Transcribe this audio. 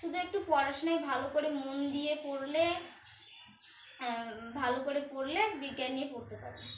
শুধু একটু পড়াশোনায় ভালো করে মন দিয়ে পড়লে ভালো করে পড়লে বিজ্ঞান নিয়ে পড়তে পারবে